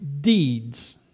deeds